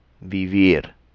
vivir